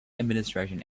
administration